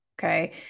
Okay